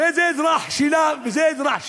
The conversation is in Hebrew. הרי זה אזרח שלה וזה אזרח שלה.